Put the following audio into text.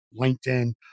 LinkedIn